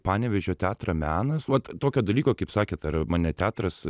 panevėžio teatre menas vat tokio dalyko kaip sakėt ar mane teatras